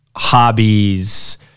hobbies